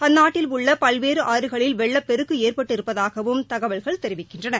அந்நாட்டில் உள்ள பல்வேறு ஆறுகளில் வெள்ளப்பெருக்கு ஏற்பட்டிருப்பதாகவும் தகவல்கள் தெரிவிக்கின்றன